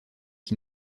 qui